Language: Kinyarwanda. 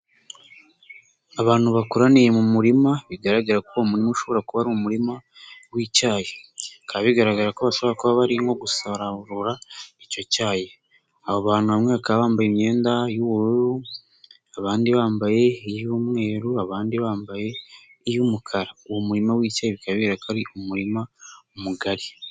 Abantu bakoraniye mu murima, bigaragara ko uwo murima ushobora kuba ari umurima w'icyayi; bikaba bigaragara ko bashobora kuba bari nko gusarura icyo cyayi. Abo bantu bamwe bakaba bambaye imyenda y'ubururu, abandi bambaye iy'umweru, abandi bambaye iy'umukara. Uwo murima w'icyayi bigaragara ko ari umurima mugari.